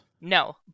No